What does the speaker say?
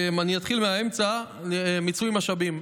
אני אתחיל מהאמצע, מיצוי משאבים.